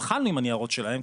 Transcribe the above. התחלנו עם הניירות שלהם,